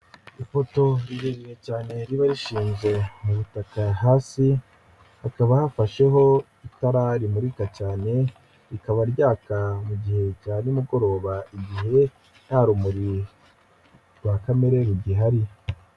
Ipoto rireriye cyane riba rishinze mu butaka, hasi hakaba hafasheho itara rimurika cyane rikaba ryaka mu gihe cya nimugoroba igihe nta rumuri rwa kamere rugihari.